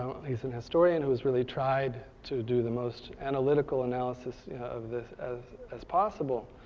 he's an historian who's really tried to do the most analytical analysis of this as as possible,